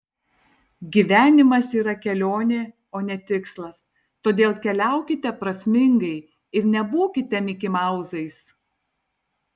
gyvenimas yra kelionė o ne tikslas todėl keliaukite prasmingai ir nebūkite mikimauzais